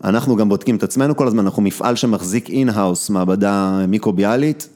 אנחנו גם בודקים את עצמנו כל הזמן, אנחנו מפעל שמחזיק מעבדה מיקרוביאלית.